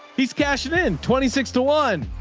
he's cashing in. twenty six to one.